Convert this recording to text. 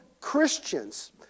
christians